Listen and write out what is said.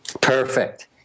Perfect